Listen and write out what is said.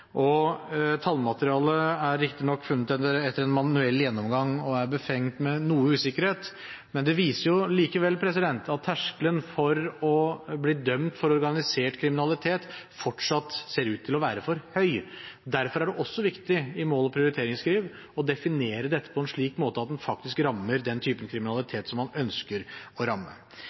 Tallmaterialet er riktignok funnet etter en manuell gjennomgang og er befengt med noe usikkerhet, men det viser likevel at terskelen for å bli dømt for organisert kriminalitet fortsatt ser ut til å være for høy. Derfor er det også viktig i mål- og prioriteringsskriv å definere dette på en slik måte at en faktisk rammer den typen kriminalitet som man ønsker å ramme.